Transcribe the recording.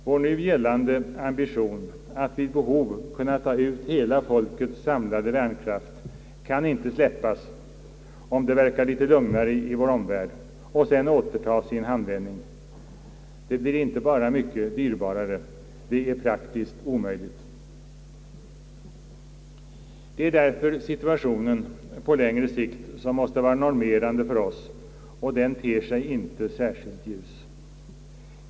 Vår nu gällande ambition att vid behov kunna ta ut hela folkets samlade värnkraft kan inte släppas, om det verkar litet lugnare, och sedan återtas i en handvändning. Det blir inte bara mycket dyrbarare, det är praktiskt omöjligt. Det är därför situationen på längre sikt som måste vara normerande för oss, och den ter sig inte särskilt ljus.